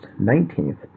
19th